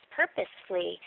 purposefully